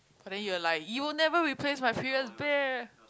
but then you're like you will never replace my previous bear